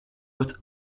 with